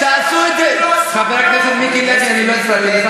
תעשו את זה, 67 שנים לא עשו כלום.